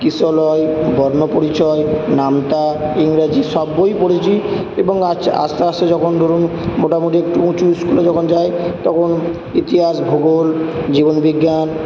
কিশলয় বর্ণপরিচয় নামতা ইংরেজি সব বই পড়েছি এবং আচে আস্তে আস্তে যখন ধরুন মোটামুটি একটু উঁচু স্কুলে যখন যাই তখন ইতিহাস ভূগোল জীবন বিজ্ঞান